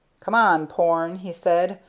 come on, porne, he said,